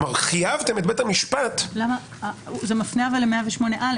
כלומר חייבתם את בית המשפט -- זה מפנה ל-108א